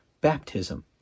baptism